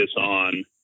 on